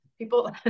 people